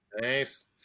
nice